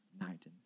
night